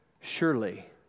surely